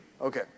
Okay